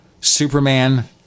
Superman